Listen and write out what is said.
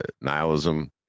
nihilism